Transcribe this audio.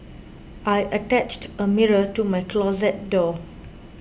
I attached a mirror to my closet door